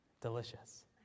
Delicious